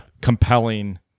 Compelling